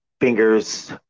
fingers